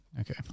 Okay